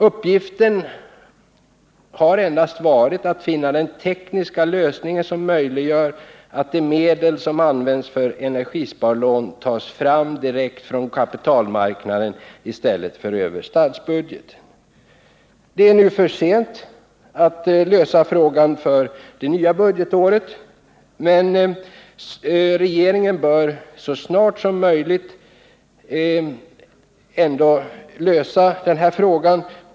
Uppgiften har endast varit att finna den tekniska lösning som skulle möjliggöra att de medel som används för energisparlån tas fram direkt från kapitalmarknaden i stället för över statsbudgeten. Det är nu för sent att lösa frågan för det nya budgetåret, men regeringen bör ändå så snart som möjligt lösa den här frågan.